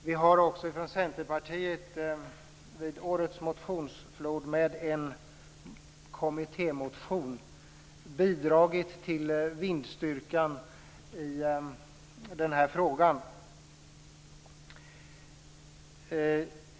Vi har också från Centerpartiet i årets motionsflod med en kommittémotion bidragit till vindstyrkan i den här frågan.